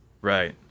Right